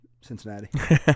Cincinnati